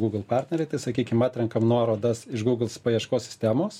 google partneriai tai sakykim atrenkam nuorodas iš google paieškos sistemos